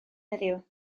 heddiw